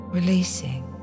Releasing